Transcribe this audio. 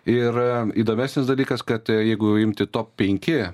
ir įdomesnis dalykas kad jeigu imti top penki